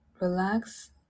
Relax